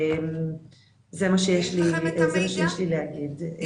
זה מה שיש לי להגיד.